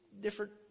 different